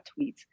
tweets